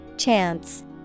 Chance